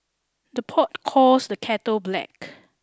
the pot calls the kettle black